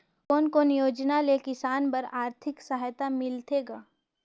कोन कोन योजना ले किसान बर आरथिक सहायता मिलथे ग?